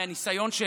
מהניסיון,